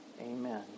Amen